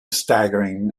staggering